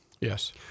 Yes